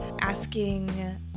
asking